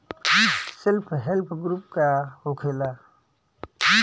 Self help group का होखेला?